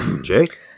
Jake